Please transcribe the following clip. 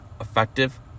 Effective